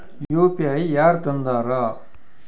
UPI ಯಾರ್ ತಂದಾರ?